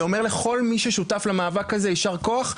ואומר לכל מי ששותף למאבק הזה יישר כוח,